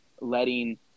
letting